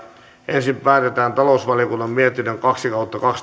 ensin päätetään talousvaliokunnan mietinnön kaksi